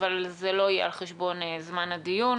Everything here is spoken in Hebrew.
אבל זה לא יהיה על חשבון זמן הדיון.